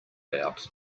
out